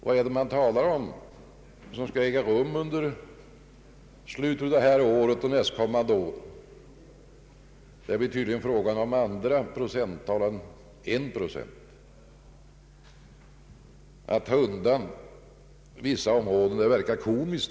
Vad är det man talar om, som skall äga rum under slutet av detta år och nästkommande år? Det är tydligen fråga om andra procenttal än en procent. Att ta undan vissa områden verkar komiskt.